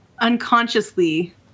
unconsciously